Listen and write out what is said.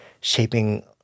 shaping